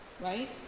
right